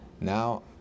now